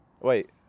Wait